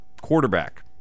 quarterback